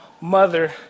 mother